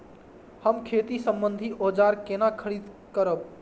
हम खेती सम्बन्धी औजार केना खरीद करब?